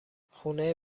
خونه